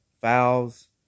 fouls